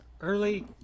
early